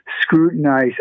scrutinize